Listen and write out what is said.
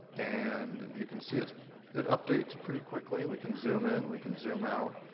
and you can see it it updates pretty quickly. we can zoom in. we can zoom out.